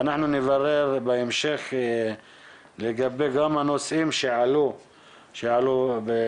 ואנחנו נברר בהמשך לגבי גם הנושאים שעלו בדיון.